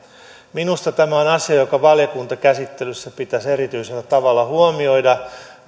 minusta tämä on asia joka valiokuntakäsittelyssä pitäisi erityisellä tavalla huomioida